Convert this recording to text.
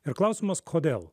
ir klausimas kodėl